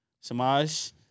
Samaj